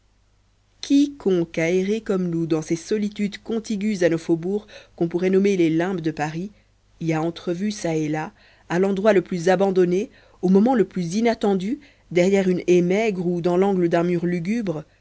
a erré comme nous dans ces solitudes contiguës à nos faubourgs qu'on pourrait nommer les limbes de paris y a entrevu çà et là à l'endroit le plus abandonné au moment le plus inattendu derrière une haie maigre ou dans l'angle d'un mur lugubre